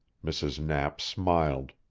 mrs. knapp smiled.